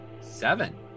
Seven